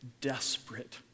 desperate